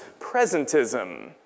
presentism